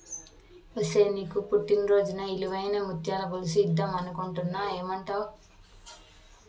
ఒసేయ్ నీకు నీ పుట్టిన రోజున ఇలువైన ముత్యాల గొలుసు ఇద్దం అనుకుంటున్న ఏమంటావ్